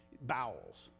bowels